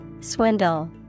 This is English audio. Swindle